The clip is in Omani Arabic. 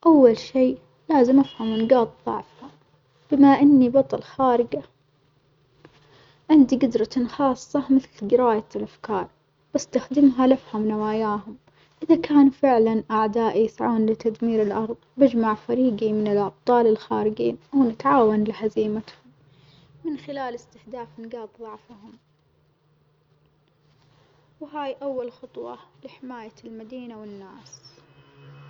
أول شي لازم أفهم نجاط ظعفهم، بما إني بطل خرجة عندي جدرةٍ خاصة مثل جراية الأفكار، بستخدمها لأفهم نواياهم إذا كانوا فعلًا أعداء يسعون لتدمير الأرظ بجمع فريجي من الأبطال الخارجين ونتعاون لهزيمتهم، من خلال إستهداف نجاط ظعفهم وهاي أول خطوة لحماية المدينة والناس.